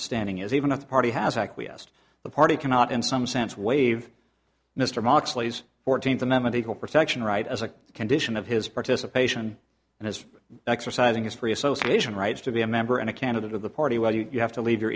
standing is even if the party has acquiesced the party cannot in some sense waive mr mock sleeze fourteenth amendment equal protection right as a condition of his participation and is exercising his free association rights to be a member and a candidate of the party well you have to leave your